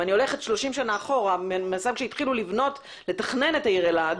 אם אני הולכת 30 שנה אחורה כשהתחילו לתכנן את העיר אלעד,